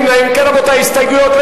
ההסתייגויות של